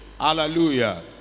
Hallelujah